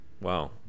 Wow